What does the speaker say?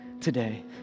today